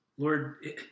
Lord